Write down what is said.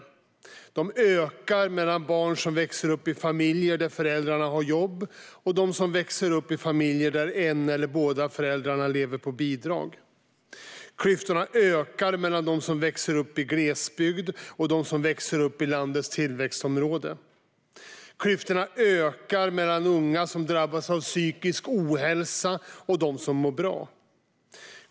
Klyftorna ökar mellan barn som växer upp i familjer där föräldrarna har jobb och dem som växer upp i familjer där en eller båda föräldrarna lever på bidrag. Klyftorna ökar mellan dem som växer upp i glesbygd och dem som växer upp i landets tillväxtområden. Klyftorna ökar mellan unga som drabbas av psykisk ohälsa och dem som mår bra.